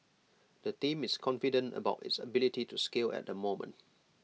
the team is confident about its ability to scale at the moment